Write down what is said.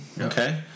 okay